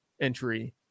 entry